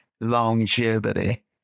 longevity